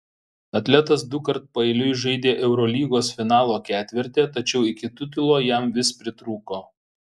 atletas dukart paeiliui žaidė eurolygos finalo ketverte tačiau iki titulo jam vis pritrūko